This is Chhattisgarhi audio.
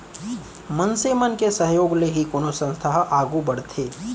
मनसे मन के सहयोग ले ही कोनो संस्था ह आघू बड़थे